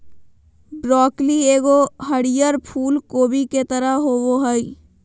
broccoli एगो हरीयर फूल कोबी के तरह होबो हइ